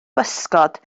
bysgod